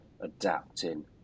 adapting